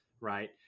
right